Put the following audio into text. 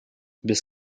без